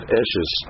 ashes